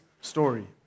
story